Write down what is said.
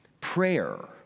Prayer